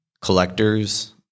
collectors